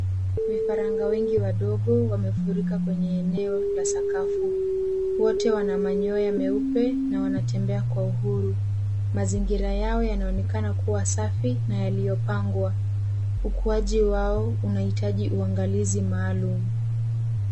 Vifaranga wengi wadogo wamefurika kwenye eneo la sakafu. Wote wanamanyoya meupe na wanatembea kwa uhuru. Mazingira yao yanaonekana kuwa safi na yoliyo pangwa. Ukuaji wao unaitaji uangalizi maalumu.